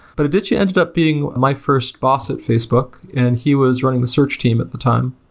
but aditya ended up being my first boss at facebook and he was running the search team at the time.